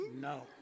No